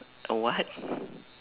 a what